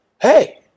hey